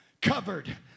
covered